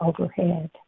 overhead